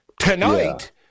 tonight